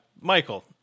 Michael